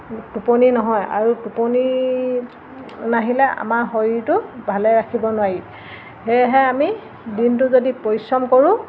টোপনি নহয় আৰু টোপনি নাহিলে আমাৰ শৰীৰটো ভালে ৰাখিব নোৱাৰি সেয়েহে আমি দিনটো যদি পৰিশ্ৰম কৰোঁ